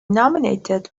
nominated